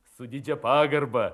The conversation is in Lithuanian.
su didžia pagarba